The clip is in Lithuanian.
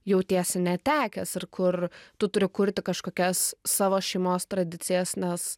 jautiesi netekęs ir kur tu turi kurti kažkokias savo šeimos tradicijas nes